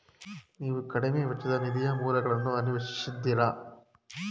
ನೀವು ಕಡಿಮೆ ವೆಚ್ಚದ ನಿಧಿಯ ಮೂಲಗಳನ್ನು ಅನ್ವೇಷಿಸಿದ್ದೀರಾ?